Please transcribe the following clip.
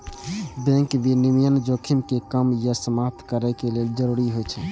bank विनियमन जोखिम कें कम या समाप्त करै लेल जरूरी होइ छै